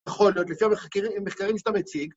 נכון, לפי המחקרים שאתה מציג.